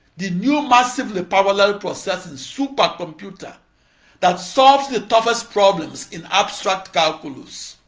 the new massively parallel processing supercomputer that solves the toughest problems in abstract calculus